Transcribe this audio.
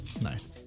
Nice